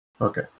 okay